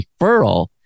referral